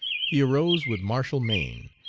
he arose with martial mien,